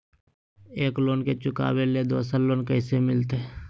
एक लोन के चुकाबे ले दोसर लोन कैसे मिलते?